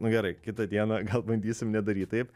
nu gerai kitą dieną gal bandysim nedaryt taip